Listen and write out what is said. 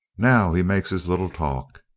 now he makes his little talk.